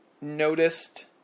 noticed